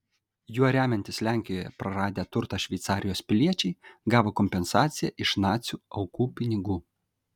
juo remiantis lenkijoje praradę turtą šveicarijos piliečiai gavo kompensaciją iš nacių aukų pinigų